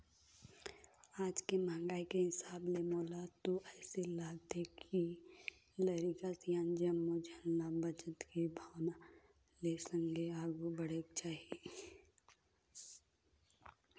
आज के महंगाई के हिसाब ले मोला तो अइसे लागथे के लरिका, सियान जम्मो झन ल बचत के भावना ले संघे आघु बढ़ेक चाही